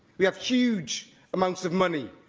we have huge amounts of money,